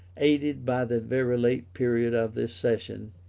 aided by the very late period of the session,